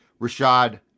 Rashad